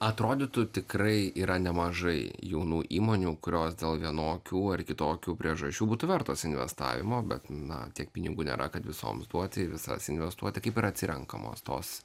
atrodytų tikrai yra nemažai jaunų įmonių kurios dėl vienokių ar kitokių priežasčių būtų vertos investavimo bet na tiek pinigų nėra kad visoms duoti į visas investuoti kaip yra atsirenkamos tos